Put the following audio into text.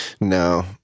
No